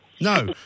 No